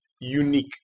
unique